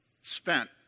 spent